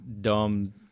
dumb